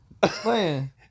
playing